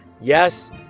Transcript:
Yes